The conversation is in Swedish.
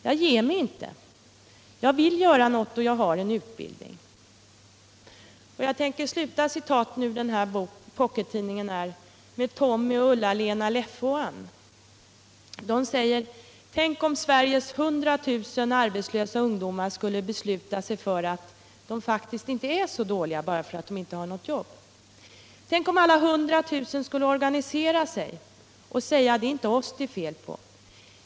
Jag ger mig inte, jag vill göra något och jag har en utbildning.” Och jag tänker sluta citaten ur Pockettidningen R med Tommy, Ullalena, Leffe och Ann: ”Tänk om Sveriges drygt 100 000 arbetslösa ungdomar skulle besluta sig för att dom faktiskt inte är så dåliga bara för att de inte har något jobb. Tänk om alla 100 000 skulle organisera sig och säga: Det är inte oss det är fel på.